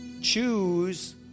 choose